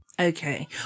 Okay